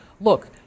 look